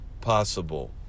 possible